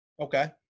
Okay